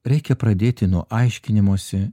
reikia pradėti nuo aiškinimosi